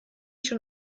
schon